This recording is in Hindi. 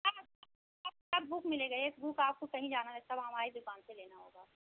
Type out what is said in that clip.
हाँ सब सब बुक मिलेगी एक बुक आपको कहीं जाना नहीं सब हमारी दुकान से लेनी होगी